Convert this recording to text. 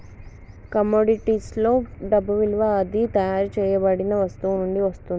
కమోడిటీస్లో డబ్బు విలువ అది తయారు చేయబడిన వస్తువు నుండి వస్తుంది